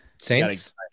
saints